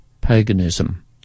paganism